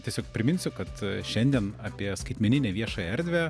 tiesiog priminsiu kad šiandien apie skaitmeninę viešąją erdvę